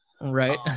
right